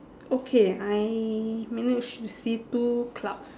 okay I managed to see two clouds